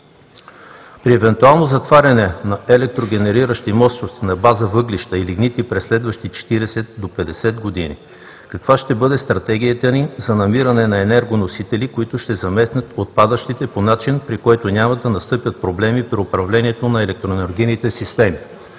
При евентуално затваряне на електрогенериращи мощности на база въглища и лигнит през следващите 40 до 50 години каква ще бъде стратегията ни за намиране на енергоносители, които ще заместят отпадащите по начин, при който няма да настъпят проблеми при управлението на електроенергийните системи?